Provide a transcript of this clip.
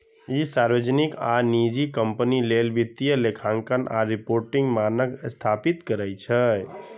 ई सार्वजनिक आ निजी कंपनी लेल वित्तीय लेखांकन आ रिपोर्टिंग मानक स्थापित करै छै